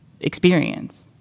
experience